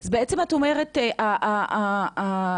אז את אומרת שבעצם,